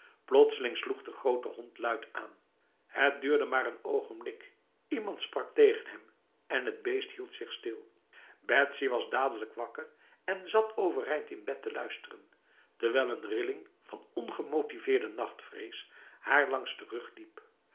plotseling sloeg de grote hond luid aan het duurde maar een ogenblik iemand sprak tegen hem en het beest hield zich stil betsy was dadelijk wakker en zat overeind in bed te luisteren terwijl een rilling van ongemotiveerde nachtvrees haar langs de rug liep